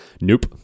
Nope